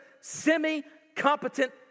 semi-competent